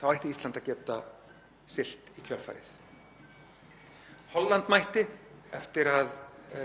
þar í landi hafði samþykkt ályktun þess efnis. Þarna var Belgía